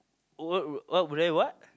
what would what would I what